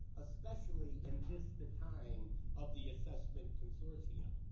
especially in this, the time of the assessment consortium.